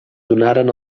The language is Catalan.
donaren